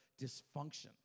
dysfunction